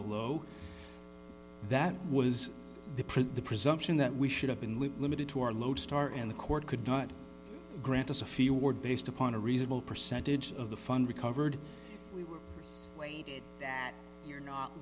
below that was to print the presumption that we should have been limited to our lodestar and the court could not grant us a few were based upon a reasonable percentage of the fund recovered we were late that you're not